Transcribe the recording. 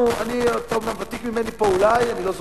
אתה אומנם ותיק ממני, אולי, אני לא זוכר.